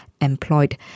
employed